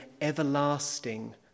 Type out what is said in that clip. everlasting